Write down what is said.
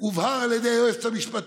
הובהר על ידי היועצת המשפטית.